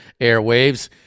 airwaves